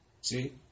See